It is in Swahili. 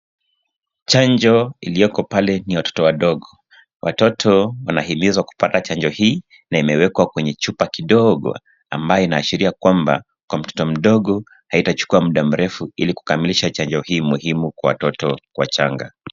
Chanjo iliyoko pale ni ya watoto wadogo. Watoto wanahimizwa kupata chanjo hii na imewekwa kwenye chupa kidogo ambayo inaashiria kwamba kwa mtoto mdogo haitachukua mda mrefu ili kukamilisha chanjo hii muhimu kwa watoto wachanga.